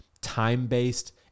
time-based